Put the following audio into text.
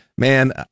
Man